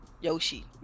yoshi